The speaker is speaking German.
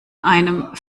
einem